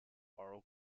oral